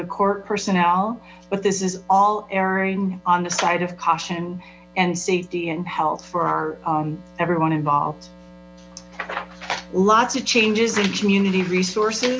the court personnel but this is all airing on the side of caution and safety and health for our everyone involved lots changes in community resources